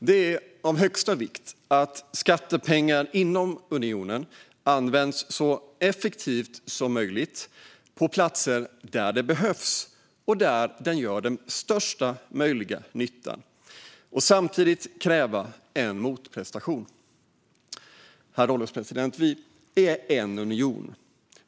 Det är av högsta vikt att skattepengar inom unionen används så effektivt som möjligt på platser där de behövs och där de gör den största möjliga nyttan. Samtidigt ska vi kräva en motprestation. Herr ålderspresident! Vi är en union.